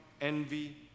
envy